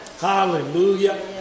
Hallelujah